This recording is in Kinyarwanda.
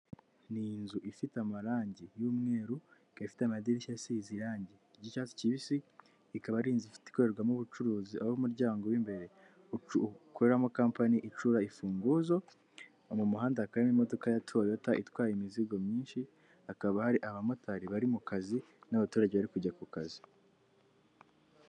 Ni inzu ifite amarangi y'umweru ikaba ifite amadirishya asize irangi ry'icyatsi kibisi, ikaba ari inzu ikorerwamo ubucuruzi, aho umuryango w'imbere ukoreramo kampani icura imfunguzo, mu muhanda hakaba harimo imodoka ya toyota itwaye imizigo myinshi, hakaba hari abamotari bari mu kazi n'abaturage bari kujya ku kazi.